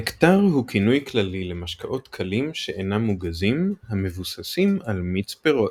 נקטר הוא כינוי כללי למשקאות קלים שאינם מוגזים המבוססים על מיץ פירות.